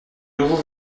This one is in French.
nouveau